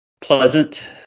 pleasant